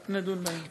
אז נדון גם בהן.